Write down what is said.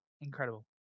incredible